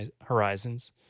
Horizons